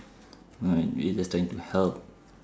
like we are just trying to help